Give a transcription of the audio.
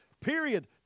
period